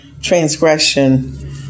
transgression